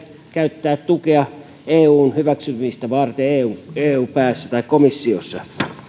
käyttää tukea eun hyväksymistä varten eu komissiossa